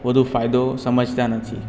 વધુ ફાયદો સમજતા નથી